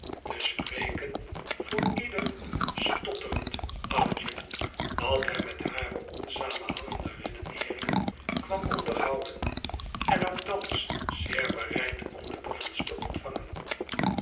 te spreken voor ieder stotterend oudje dat hem met hare onsamenhangende redeneeringen kwam onderhouden en ook thans zeer bereid om de boffins te ontvangen